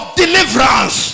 deliverance